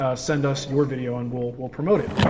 ah send us your video and we'll we'll promote it.